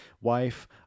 wife